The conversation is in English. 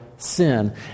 sin